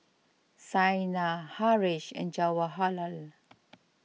Saina Haresh and Jawaharlal